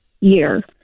year